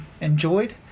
enjoyed